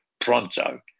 pronto